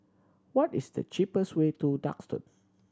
what is the cheapest way to Duxton